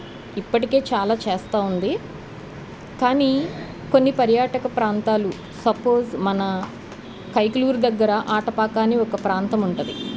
ఇప్పటికే చాలా చేస్తూ ఉంది కానీ కొన్ని పర్యాటక ప్రాంతాలు సపోజ్ మన కైకలూరు దగ్గర ఆటపాకా అని ఒక ప్రాంతము ఉంటుంది